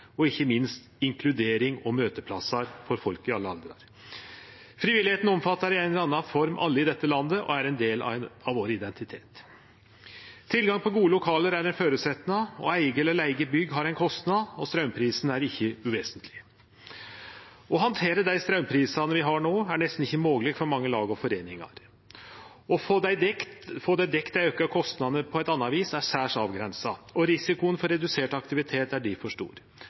og ikkje minst inkludering og møteplassar for folk i alle aldrar. Frivilligheita omfattar i ei eller anna form alle i dette landet og er ein del av identiteten vår. Tilgang på gode lokale er ein føresetnad, å eige eller leige bygg har ein kostnad, og straumprisen er ikkje uvesentleg. Å handtere dei straumprisane vi har no, er nesten ikkje mogleg for mange lag og foreiningar. Høvet til å få dekt dei auka kostnadene på anna vis er særs avgrensa, og risikoen for redusert aktivitet er difor stor.